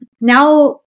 Now